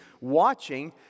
watching